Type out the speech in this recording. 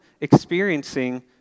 experiencing